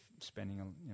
spending